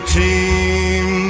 team